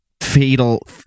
fatal